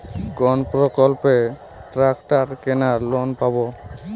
কোন প্রকল্পে ট্রাকটার কেনার লোন পাব?